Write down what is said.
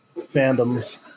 fandoms